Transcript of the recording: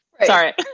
Sorry